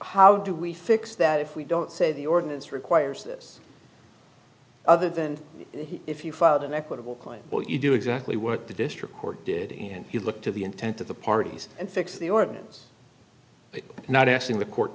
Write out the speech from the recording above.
how do we fix that if we don't say the ordinance requires this other than if you filed an equitable claim will you do exactly what the district court did and you look to the intent of the parties and fix the ordinance but not asking the court